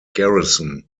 garrison